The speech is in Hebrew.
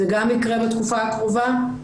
זה גם יקרה בתקופה הקרובה.